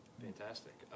Fantastic